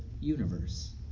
universe